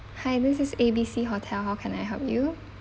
hi this is A B C hotel how can I help you